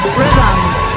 rhythms